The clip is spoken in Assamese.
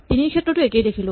তিনিৰ ক্ষেত্ৰটো একেই দেখিলো